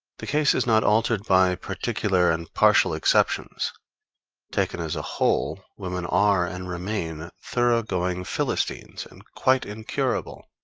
the case is not altered by particular and partial exceptions taken as a whole, women are, and remain, thorough-going philistines, and quite incurable.